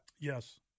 Yes